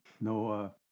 No